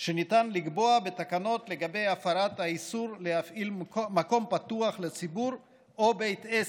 שניתן לקבוע על הפרת האיסור להפעיל מקום פתוח לציבור או בית עסק,